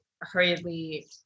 hurriedly